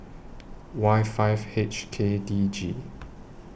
Y five H K D G